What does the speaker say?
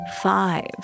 five